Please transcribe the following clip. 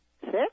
Six